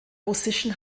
russischen